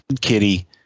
kitty